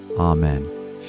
Amen